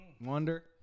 Wonder